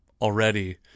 already